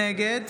נגד